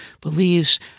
believes